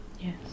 Yes